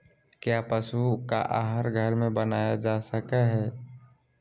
क्या पशु का आहार घर में बनाया जा सकय हैय?